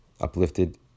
uplifted